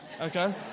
okay